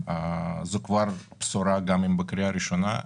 זו בשורה שזה עבר בקריאה ראשונה.